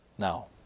Now